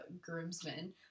groomsmen